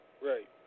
Right